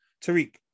Tariq